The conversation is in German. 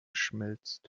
schmilzt